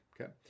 okay